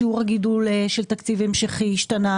כמו המצב שבו שיעור הגידול של התקציב ההמשכי השתנה